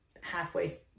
halfway